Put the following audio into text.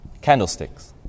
Candlesticks